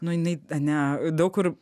nu jinai ane daug kur